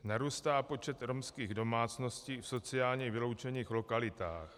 Narůstá počet romských domácností v sociálně vyloučených lokalitách.